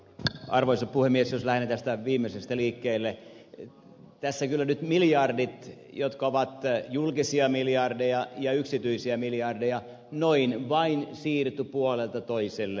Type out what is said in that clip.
jos lähden tästä viimeisestä liikkeelle tässä kyllä nyt miljardit jotka ovat julkisia miljardeja ja yksityisiä miljardeja noin vain siirtyivät puolelta toiselle